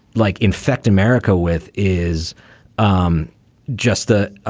like infect america with is um just the